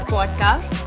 Podcast